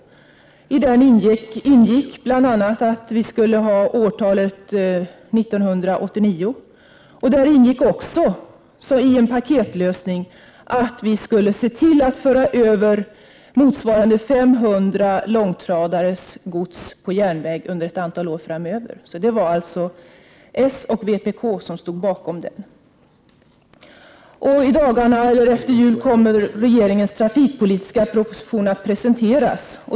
I den ingick bl.a. årtalet 1989, och där ingick också i en paketlösning att vi skulle se till att föra över motsvarande 500 långtradares gods på järnväg under ett antal år framöver. Det var alltså s och vpk som stod bakom detta. I dagarna eller efter jul kommer regeringens trafikpolitiska proposition att presenteras.